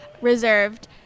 reserved